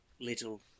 little